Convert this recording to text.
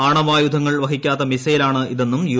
ആണവ ആയുധങ്ങൾ വഹിക്കാത്ത മിസൈലാണ് ഇതെന്നും യു